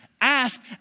ask